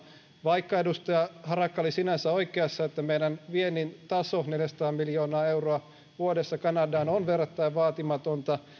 vaikka edustaja harakka oli sinänsä oikeassa että meidän viennin taso neljäsataa miljoonaa euroa vuodessa kanadaan on verrattain vaatimatonta